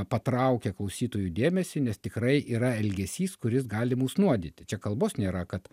patraukia klausytojų dėmesį nes tikrai yra elgesys kuris gali mus nuodyti čia kalbos nėra kad